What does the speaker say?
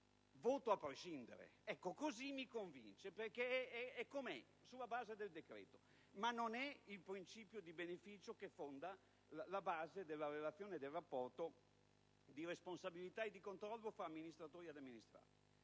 voto a prescindere. Così mi convince, perché così in base al decreto, ma non è il principio di beneficio che fonda il rapporto di responsabilità e di controllo tra amministratori e amministrati.